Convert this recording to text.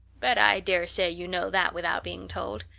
but i dare say you know that without being told.